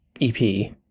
EP